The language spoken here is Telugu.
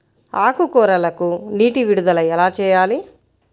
ఆకుకూరలకు నీటి విడుదల ఎలా చేయాలి?